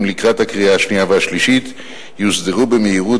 לקראת הקריאה השנייה והשלישית יוסדרו במהירות,